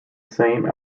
same